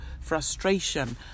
frustration